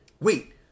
wait